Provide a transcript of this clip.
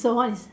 so what is